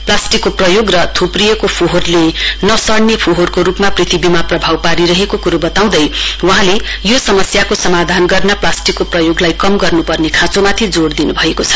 प्लास्टिकको प्रयोग र यूपिएको फोहोरले नाश नहुने फोहोरको रुपमा प्रथ्वीमा प्रभाव पारिरहेको कुरो बताउँदै वहँले यसको समाधान गर्न प्लास्टिकको प्रयोगलाई कम गर्नुपर्ने खाँचोमाथि जोड़ दिनुभएकोछ